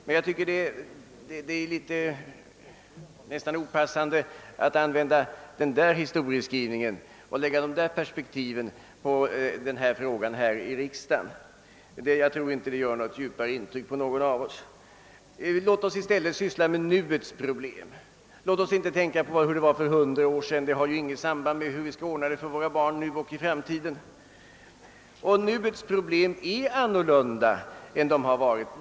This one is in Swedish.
Men jag tycker att det är nästan opassande att anlägga de perspektiven på denna fråga här i riksdagen, Jag tror inte heller det gör något djupare intryck på någon av oss. Låt oss inte tänka på hur det var för hundra år sedan — det har ju inget samband med hur vi skall ordna det för våra barn nu och i framtiden. Låt oss i stället syssla med nuets problem ! Problemen är i dag inte desamma som tidigare.